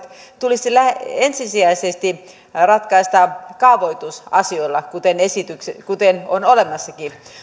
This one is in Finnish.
tulisi ensisijaisesti ratkaista kaavoitusasioilla kuten onkin olemassa